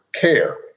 care